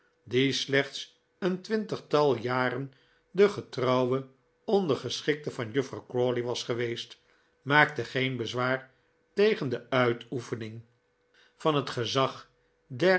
die slechts een twintigtal jaren de getrouwe ondergeschikte van juffrouw crawley was geweest maakte geen bezwaren tegen die uitoefening van het gezag